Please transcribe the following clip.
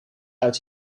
uit